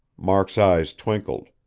mark's eyes twinkled.